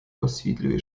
освітлює